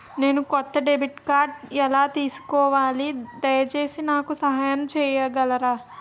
నేను కొత్త డెబిట్ కార్డ్ని ఎలా తీసుకోవాలి, దయచేసి నాకు సహాయం చేయగలరా?